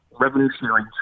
revolutionary